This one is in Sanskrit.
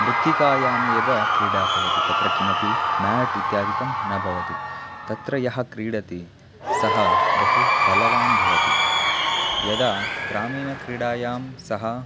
मृत्तिकायाम् एव क्रीडा भवति तत्र किमपि माट् इत्यादिकं न भवति तत्र यः क्रीडति सः बहु बलवान् भवति यदा ग्रामीणक्रीडायां सः